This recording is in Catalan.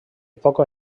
poca